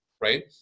right